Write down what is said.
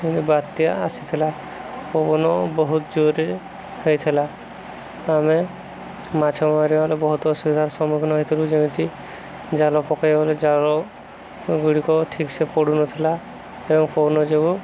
ବାତ୍ୟା ଆସିଥିଲା ପବନ ବହୁତ ଜୋରେ ହେଉଥିଲା ଆମେ ମାଛ ମାରିବା ବଲେ ବହୁତ ଅସୁବିଧାର ସମ୍ମୁଖୀନ ହୋଇଥିଲୁ ଯେମିତି ଜାଲ ପକାଇବା ବେଲେ ଜାଲ ଗୁଡ଼ିକ ଠିକସେ ପଡ଼ୁନଥିଲା ଏବଂ ପବନ ଯୋଗୁ